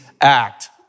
Act